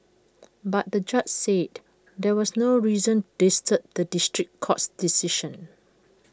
but the judge said there was no reason to disturb the district court's decision